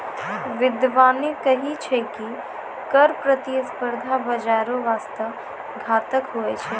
बिद्यबाने कही छै की कर प्रतिस्पर्धा बाजारो बासते घातक हुवै छै